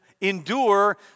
endure